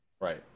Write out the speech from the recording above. Right